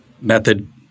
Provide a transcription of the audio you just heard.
method